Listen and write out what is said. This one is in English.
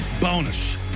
bonus